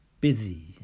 busy